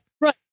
Right